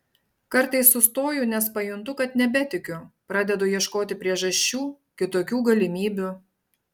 kartais sustoju nes pajuntu kad nebetikiu pradedu ieškoti priežasčių kitokių galimybių